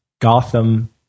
Gotham